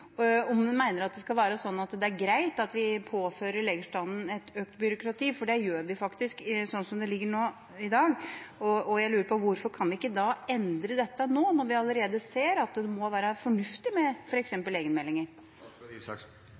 at det er greit at vi påfører legestanden et økt byråkrati, for det gjør vi faktisk, slik som det er i dag? Jeg lurer på hvorfor vi da ikke kan endre dette nå, når vi allerede ser at det må være fornuftig med f.eks. egenmeldinger.